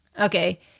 Okay